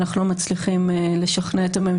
אבל אנחנו לא מצליחים לשכנע את הממשלה